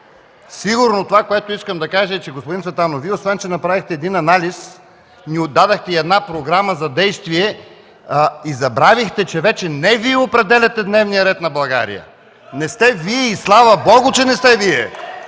случило това нещо. Но искам да кажа: господин Цветанов, Вие освен че направихте един анализ, ни дадохте и програма за действие и забравихте, че вече не Вие определяте дневния ред на България. Не сте Вие, и слава Богу, че не сте Вие.